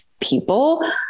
people